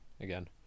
again